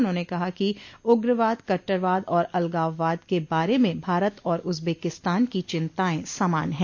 उन्होंने कहा कि उग्रवाद कट्टरवाद और अलगाववाद के बारे में भारत और उज्बेकिस्तान की चिंताएं समान हैं